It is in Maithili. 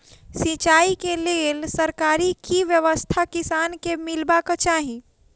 सिंचाई केँ लेल सरकारी की व्यवस्था किसान केँ मीलबाक चाहि?